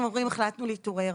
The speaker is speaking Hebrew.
אנחנו ההורים החלטנו להתעורר.